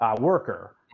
worker